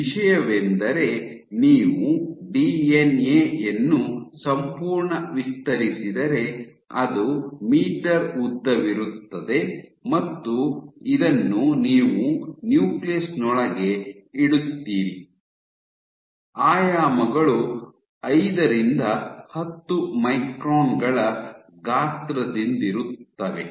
ವಿಷಯವೆಂದರೆ ನೀವು ಡಿಎನ್ಎ ಯನ್ನು ಸಂಪೂರ್ಣ ವಿಸ್ತರಿಸಿದರೆ ಅದು ಮೀಟರ್ ಉದ್ದವಿರುತ್ತದೆ ಮತ್ತು ಇದನ್ನು ನೀವು ನ್ಯೂಕ್ಲಿಯಸ್ ನೊಳಗೆ ಇಡುತ್ತೀರಿ ಆಯಾಮಗಳು ಐದರಿಂದ ಹತ್ತು ಮೈಕ್ರಾನ್ ಗಳ ಗಾತ್ರದಿಂದರುತ್ತವೆ